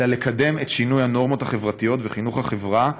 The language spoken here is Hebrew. אלא לקדם את שינוי הנורמות החברתיות וחינוך החברה,